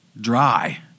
dry